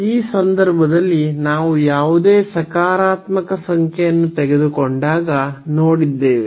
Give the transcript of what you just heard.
ಈ ಸಂದರ್ಭದಲ್ಲಿ ನಾವು ಯಾವುದೇ ಸಕಾರಾತ್ಮಕ ಸಂಖ್ಯೆಯನ್ನು ತೆಗೆದುಕೊಂಡಾಗ ನೋಡಿದ್ದೇವೆ